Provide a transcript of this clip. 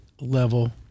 level